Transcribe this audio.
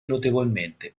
notevolmente